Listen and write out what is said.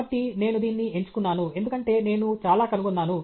కాబట్టి నేను దీన్ని ఎంచుకున్నాను ఎందుకంటే నేను చాలా కనుగొన్నాను